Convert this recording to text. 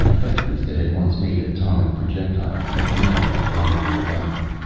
factories that had once made atomic projectiles, now almost forgotten.